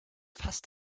fast